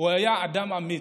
היה אדם אמיץ.